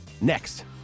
next